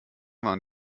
waren